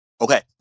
okay